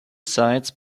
sides